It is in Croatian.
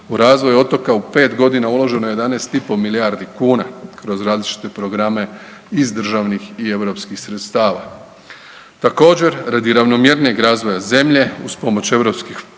U razvoj otoka u 5.g. uloženo je 11,5 milijardi kuna kroz različite programe iz državnih i europskih sredstava. Također radi ravnomjernijeg razvoja zemlje uz pomoć europskih